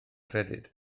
credyd